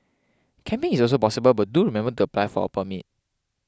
camping is also possible but do remember to apply for a permit